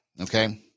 okay